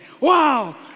Wow